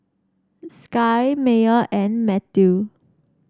Sky Meyer and Mathew